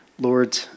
lord